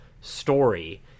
story